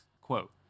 Quote